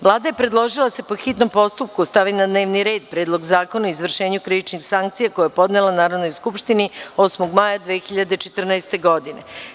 Vlada je predložila da se, po hitnom postupku, stavi na dnevni red Predlog zakona o izvršenju krivičnih sankcija, koji je podnela Narodnoj skupštini 8. maja 2014. godine.